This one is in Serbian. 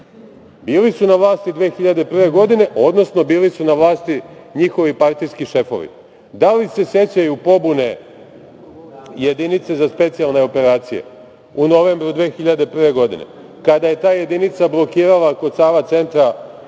bili su na vlasti 2001. godine, odnosno bili su na vlasti njihovi partijski šefovi. Da li se sećaju pobune Jedinice za specijalne operacije u novembru 2001. godine kada je ta jedinica blokirala kod Sava Centra autoput,